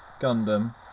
Gundam